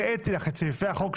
הראיתי לך את סעיפי החוק,